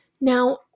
now